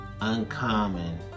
uncommon